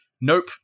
nope